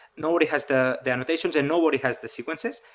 nobody has the the annotations and nobody has the sequences,